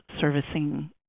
servicing